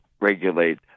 regulate